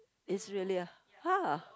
is really ah !huh!